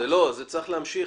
צריך להמשיך.